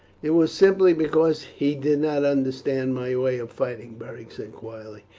it was simply because he did not understand my way of fighting, beric said quietly.